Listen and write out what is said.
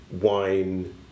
wine